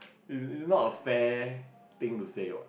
is is not a fair thing to say what